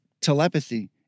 telepathy